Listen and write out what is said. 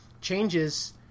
changes